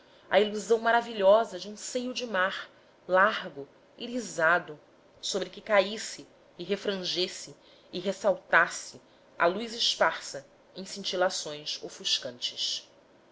a ilusão maravilhosa de um seio de mar largo irisado sobre que caísse e refrangesse e ressaltasse a luz esparsa em cintilações ofuscantes